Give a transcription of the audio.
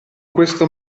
questo